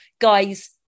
Guys